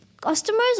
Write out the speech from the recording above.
Customers